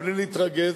בלי להתרגז,